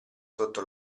sotto